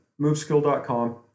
moveskill.com